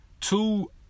two